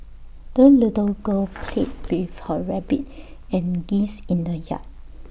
the little girl played with her rabbit and geese in the yard